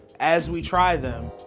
as we try them,